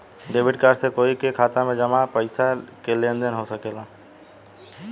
debit card से कोई के खाता में जामा पइसा के लेन देन हो सकेला